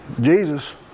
Jesus